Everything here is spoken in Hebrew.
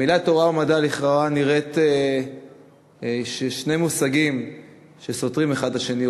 המילים "תורה" ו"מדע" לכאורה נראות שני מושגים שסותרים אחד את השני,